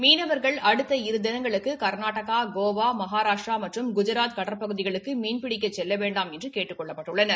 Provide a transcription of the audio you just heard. மீனவர்கள் அடுத்த இருதினங்களுக்கு கா்நாடகா கோவா மகாரஷ்டிரா மற்றும் குஜராத் கடற்பகுதிகளுக்கு மீன்பிடிக்க செல்ல வேண்டாம் என்று கேட்டுக் கொள்ளப்பட்டுள்ளனர்